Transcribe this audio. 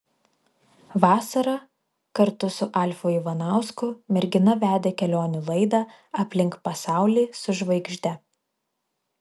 vasarą kartu su alfu ivanausku mergina vedė kelionių laidą aplink pasaulį su žvaigžde